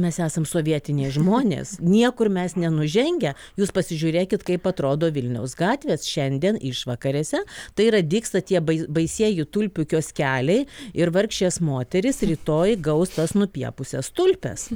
mes esam sovietiniai žmonės niekur mes nenužengę jūs pasižiūrėkit kaip atrodo vilniaus gatvės šiandien išvakarėse tai yra dygsta tie baisieji tulpių kioskeliai ir vargšės moterys rytoj gaus tas nupiepusias tulpes